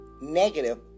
negative